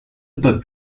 bug